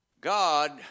God